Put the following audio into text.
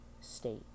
state